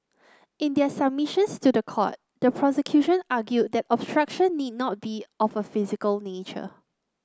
in their submissions to the court the prosecution argued that obstruction need not be of a physical nature